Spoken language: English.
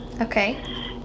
okay